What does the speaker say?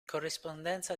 corrispondenza